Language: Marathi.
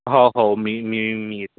हो हो मी मी मी येतो